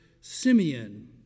Simeon